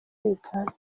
uganda